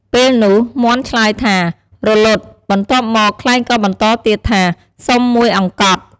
ពេលនោះ មាន់ឆ្លើយថា «រលត់»បន្ទាប់មក ខ្លែងក៏បន្តទៀតថា «សុំមួយអង្កត់»។